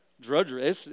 drudgery